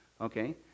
okay